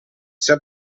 sia